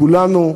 כולנו,